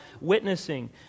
witnessing